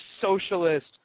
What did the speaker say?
socialist